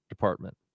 department